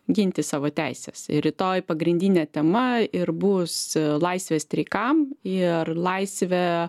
ginti savo teises ir rytoj pagrindinė tema ir bus laisvę streikam ir laisvę